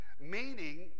meaning